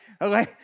okay